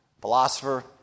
philosopher